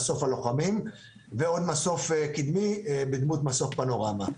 מסוף הלוחמים ועוד מסוף קדמי בדמות מסוף פנורמה.